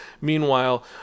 Meanwhile